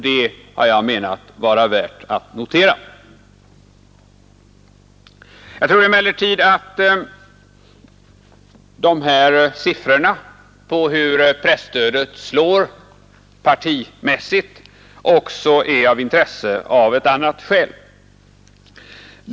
Det har jag menat vara värt att notera. Jag tror emellertid att dessa siffror på hur presstödet slår partimässigt är intressanta också av ett annat skäl.